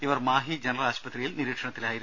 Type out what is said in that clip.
ഇവർ മാഹി ജനറൽ ആശുപത്രിയിൽ നിരീക്ഷണത്തിലായിരുന്നു